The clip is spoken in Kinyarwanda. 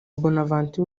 bonaventure